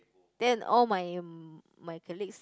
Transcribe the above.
then all my m~ my colleagues